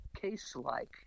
case-like